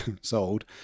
sold